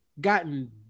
gotten